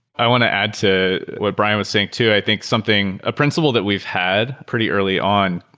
i want to add to what brian was saying too. i think something, a principle that we've had pretty early on